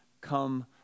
come